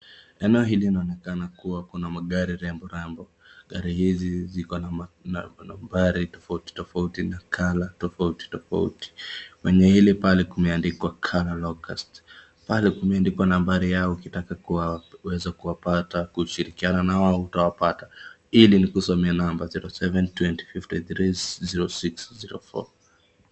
Eneo hili linakuwa hapo na magari remborembo. Gari hizi ziko na nambari tofautitofauti na color tofautitofauti. Wenye hili pale kumeandikwa car locus pale kumeandikwa nambari yao ukitaka kuweza kuwapata, kushirikiana na wao utawapata, ili nikusomee number 0720530604 .